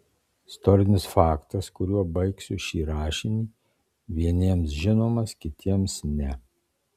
istorinis faktas kuriuo baigsiu šį rašinį vieniems žinomas kitiems ne